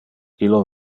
illo